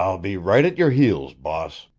i'll be right at your heels, boss.